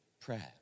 prayer